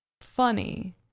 funny